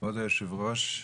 כבוד היושב ראש,